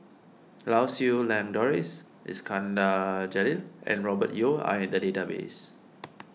Lau Siew Lang Doris Iskandar Jalil and Robert Yeo are in the database